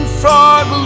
frog